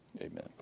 Amen